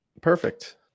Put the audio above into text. Perfect